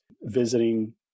visiting